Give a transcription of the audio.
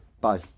Bye